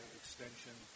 extension